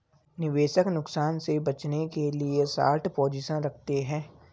निवेशक नुकसान से बचने के लिए शार्ट पोजीशन रखते है